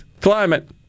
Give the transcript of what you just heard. Climate